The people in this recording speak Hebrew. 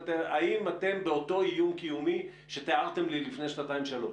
האם אתם באותו איום קיומי שתיארתם לי לפני שנתיים-שלוש?